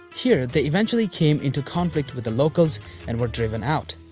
here, they eventually came into conflict with the locals and were driven out.